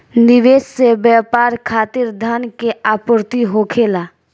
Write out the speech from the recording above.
निवेश से व्यापार खातिर धन के आपूर्ति होखेला